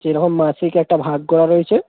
যেরকম মাসিক একটা ভাগ করা রয়েছে